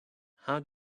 how